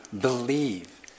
believe